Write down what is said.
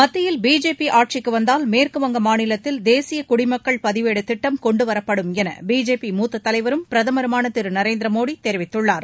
மத்தியில் பிஜேபி ஆட்சிக்கு வந்தால் மேற்குவங்க மாநிலத்தில் தேசிய குடிமக்கள் பதிவேடு திட்டம் கொண்டுவரப்படும் என பிஜேபி மூத்தத் தலைவரும் பிரதமருமான திரு நரேந்திர மோடி தெரிவித்துள்ளார்